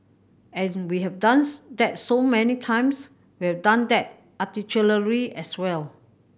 and we have done that so many times we have done that as well